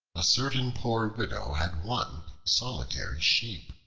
a certain poor widow had one solitary sheep.